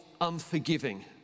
unforgiving